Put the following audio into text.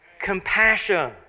Compassion